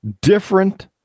different